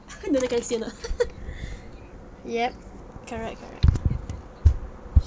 then they can say ah ya correct correct